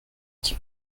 qui